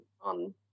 on